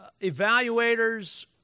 evaluators